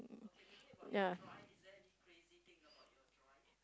ya